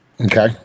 Okay